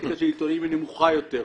אתיקה של עיתונאים היא נמוכה יותר.